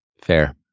fair